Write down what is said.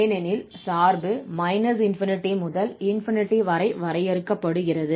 ஏனெனில் சார்பு ∞ முதல் ∞ வரை வரையறுக்கப்படுகிறது